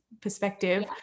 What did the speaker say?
perspective